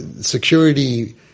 security